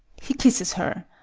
he kisses her.